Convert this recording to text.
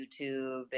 YouTube